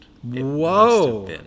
Whoa